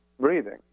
breathing